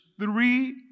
three